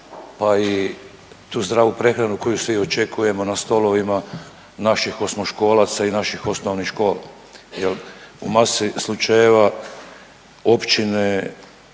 pa i tu zdravu prehranu koju svi očekujemo na stolovima naših osmoškolaca i naših osnovnih škola jel u masi slučajeva općine